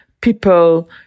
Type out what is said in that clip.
people